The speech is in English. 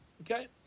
Okay